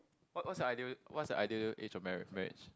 what's what's your ideal what's your ideal age of marry marriage